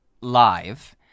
live